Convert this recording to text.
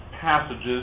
passages